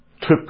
took